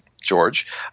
George